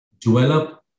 develop